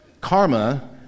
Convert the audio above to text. Karma